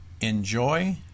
enjoy